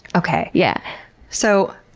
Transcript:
okay. yeah so,